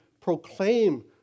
proclaim